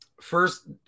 first